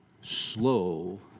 Slow